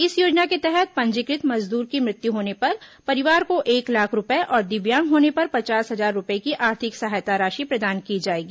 इस योजना के तहत पंजीकृत मजदूर की मृत्यु होने पर परिवार को एक लाख रूपये और दिव्यांग होने पर पचास हजार रूपये की आर्थिक सहायता राशि प्रदान की जाएगी